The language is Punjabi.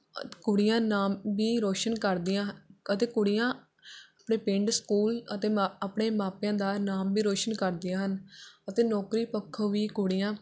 ਕੁੜੀਆਂ ਨਾਮ ਵੀ ਰੋਸ਼ਨ ਕਰਦੀਆਂ ਅਤੇ ਕੁੜੀਆਂ ਆਪਣੇ ਪਿੰਡ ਸਕੂਲ ਅਤੇ ਮਾਂ ਆਪਣੇ ਮਾਪਿਆਂ ਦਾ ਨਾਮ ਵੀ ਰੋਸ਼ਨ ਕਰਦੀਆਂ ਹਨ ਅਤੇ ਨੌਕਰੀ ਪੱਖੋਂ ਵੀ ਕੁੜੀਆਂ